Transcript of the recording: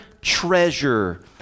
treasure